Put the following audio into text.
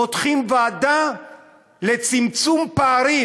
פותחים ועדה לצמצום פערים,